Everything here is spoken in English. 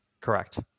Correct